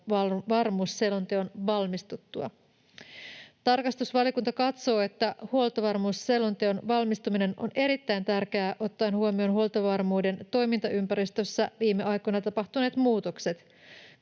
huoltovarmuusselonteon valmistuttua. Tarkastusvaliokunta katsoo, että huoltovarmuusselonteon valmistuminen on erittäin tärkeää ottaen huomioon huoltovarmuuden toimintaympäristössä viime aikoina tapahtuneet muutokset,